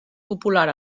popular